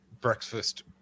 breakfast